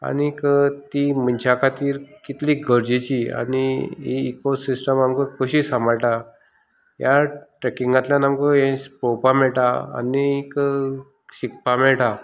आनीक ती मनशां खातीर कितली गरजेची आनी ही इकोसिस्टम आमकां कशी सांबाळटा ह्या ट्रेंकींगातल्यान आमकां हे पोवपा मेळटा आनीक शिकपा मेळटा